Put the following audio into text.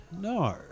no